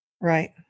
Right